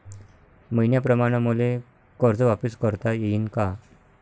मईन्याप्रमाणं मले कर्ज वापिस करता येईन का?